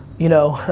you know,